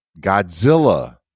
Godzilla